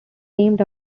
named